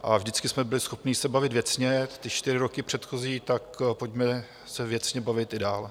A vždycky jsme byli schopni se bavit věcně ty čtyři roky předchozí, tak pojďme se věcně bavit i dál.